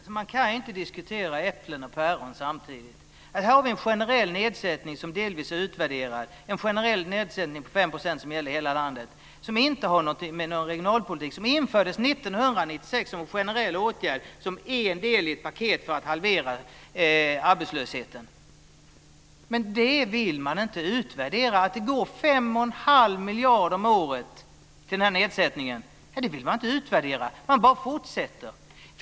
Fru talman! Man kan inte diskutera äpplen och päron samtidigt. Här har vi en generell nedsättning, som är delvis utvärderad - en generell nedsättning på 5 % som gäller hela landet, som inte har någonting med regionalpolitik att göra, som infördes 1996 som en generell åtgärd, som en del i ett paket för att halvera arbetslösheten. Det vill man inte utvärdera. Att det går 5 1⁄2 miljard om året till den här nedsättningen vill man inte utvärdera. Man bara fortsätter.